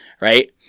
Right